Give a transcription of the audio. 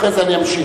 אחרי זה אני אמשיך.